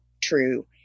true